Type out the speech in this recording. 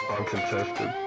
Uncontested